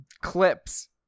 clips